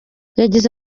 yagize